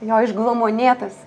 jo išglamonėtas